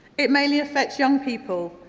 it mainly affects young people,